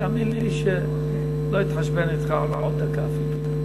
תאמין לי שלא אתחשבן אתך על עוד דקה אפילו.